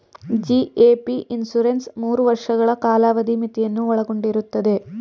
GAP insurance ಮೂರು ವರ್ಷಗಳ ಕಾಲಾವಧಿ ಮಿತಿಯನ್ನು ಒಳಗೊಂಡಿರುತ್ತದೆ